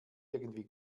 irgendwie